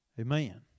Amen